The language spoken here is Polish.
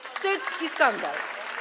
Wstyd i skandal.